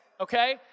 okay